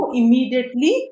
immediately